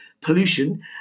pollution